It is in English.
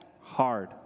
hard